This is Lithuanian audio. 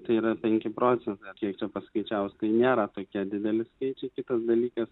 tai yra penki procentai kiek čia paskaičiavus tai nėra tokie dideli skaičiai kitas dalykas